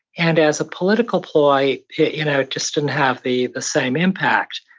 and as a political ploy you know just didn't have the the same impact.